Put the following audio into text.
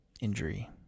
injury